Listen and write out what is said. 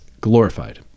glorified